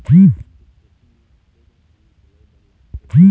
फोरन के खेती म केघा पानी पलोए बर लागथे?